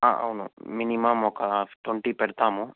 అవును మినిమం ఒక ట్వంటీ పెడతాము